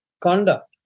Conduct